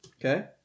Okay